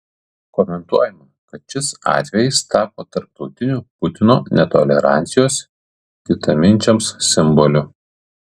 komentuojama kad šis atvejis tapo tarptautiniu putino netolerancijos kitaminčiams simboliu